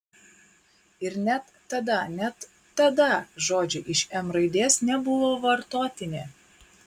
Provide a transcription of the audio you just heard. ir net tada net tada žodžiai iš m raidės nebuvo vartotini